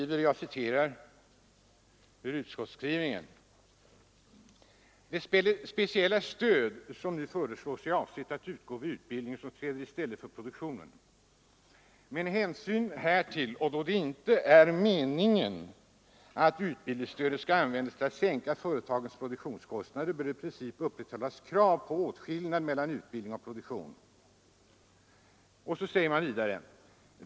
Det står i utskottsbetänkandet: ”Det speciella stöd som nu föreslås är avsett att utgå vid utbildning som träder i stället för produktion. Med hänsyn härtill och då det inte är meningen att utbildningsstödet skall användas till att sänka företagens produktionskostnader bör i princip upprätthållas krav på åtskillnad mellan utbildning och produktion.